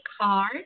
card